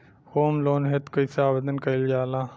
Home loan हेतु कइसे आवेदन कइल जाला?